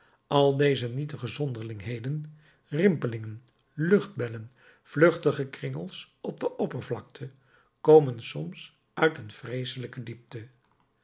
gaan al deze nietige zonderlingheden rimpelingen luchtbellen vluchtige kringels op de oppervlakte komen soms uit een vreeselijke diepte